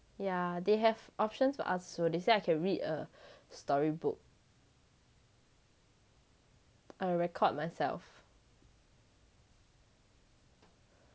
yeah they have options for us also they say I can read a storybook err record myself